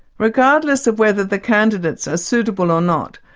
regardless of whether the candidates are suitable or not,